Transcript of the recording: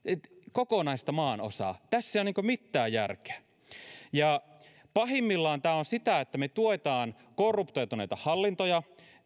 kokonaisessa maanosassa tässä ei ole mitään järkeä pahimmillaan tämä on sitä että me tuemme korruptoituneita hallintoja